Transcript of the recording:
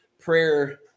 prayer